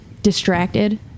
Distracted